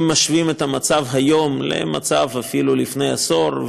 אם משווים את המצב היום למצב אפילו לפני עשור,